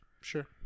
Sure